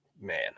man